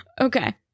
Okay